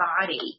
body